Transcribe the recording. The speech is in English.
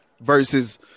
versus